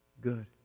Good